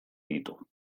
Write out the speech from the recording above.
ditu